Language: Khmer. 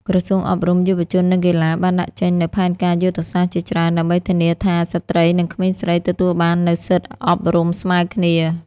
ក្រសួងអប់រំ យុវជន និងកីឡាបានដាក់ចេញនូវផែនការយុទ្ធសាស្ត្រជាច្រើន ដើម្បីធានាថា ស្ត្រីនិងក្មេងស្រីទទួលបាននូវសិទ្ធិអប់រំស្មើគ្នា។